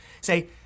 Say